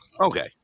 Okay